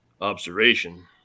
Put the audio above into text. observation